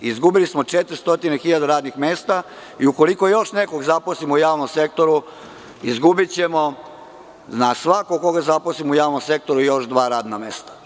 Izgubili smo 400.000 radnih mesta i ukoliko još nekog zaposlimo u javnom sektoru, izgubićemo, na svakog koga zaposlimo u javnom sektoru, još dva radna mesta.